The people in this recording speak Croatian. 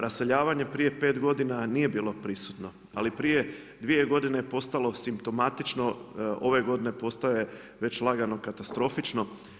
Raseljavanje prije pet godina nije bilo prisutno, ali prije dvije godine je postalo simptomatično, ove godine postaje već lagano katastrofično.